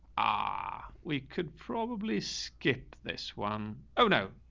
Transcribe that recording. ah, we could probably skip this one. oh, no.